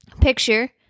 picture